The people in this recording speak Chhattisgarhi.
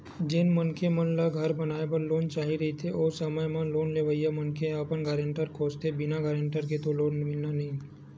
जेन मनखे मन ल घर बनाए बर लोन चाही रहिथे ओ समे म लोन लेवइया मनखे ह अपन गारेंटर खोजथें बिना गारेंटर के तो लोन मिलना नइ हे